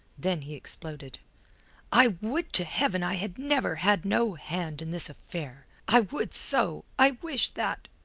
then he exploded i would to heaven i had never had no hand in this affair. i would so! i wish that.